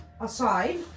aside